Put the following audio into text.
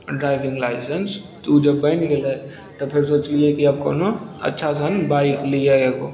driving licence तऽ उ जब बनि गेलय तऽ फेर सोचलियै कि आब कोनो अच्छा सन बाइक लियै एगो